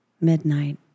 Midnight